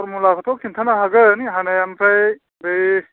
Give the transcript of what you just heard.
फरमुलाखौथ' खिन्थानो हागोन हानाया आमफ्राय बै